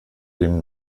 dem